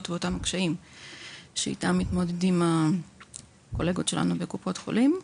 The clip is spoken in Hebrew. ואותם קשיים שאיתם מתמודדים הקולגות שלנו בקופות החולים.